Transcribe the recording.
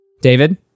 David